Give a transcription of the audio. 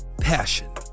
Passion